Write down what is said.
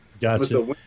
Gotcha